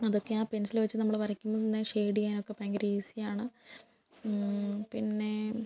അതൊക്കെ ആ പെൻസില് വെച്ച് നമ്മള് വരയ്ക്കുമ്പം തന്നെ ഷേഡ് ചെയ്യാനൊക്കെ ഭയങ്കര ഈസിയാണ് പിന്നേ